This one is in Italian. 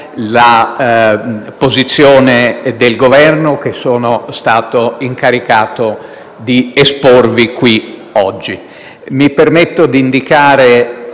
la posizione del Governo che sono stato incaricato di esporre qui oggi. Mi permetto di indicare